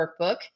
workbook